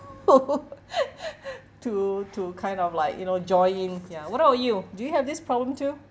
to to kind of like you know joining ya what about you do you have this problem too